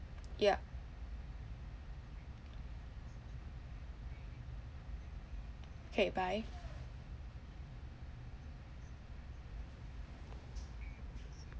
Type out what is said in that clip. ya kay bye